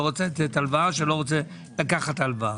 לקחת הלוואה או לתת הלוואה.